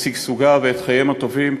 את שגשוגה ואת חייהם הטובים,